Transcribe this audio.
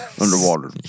underwater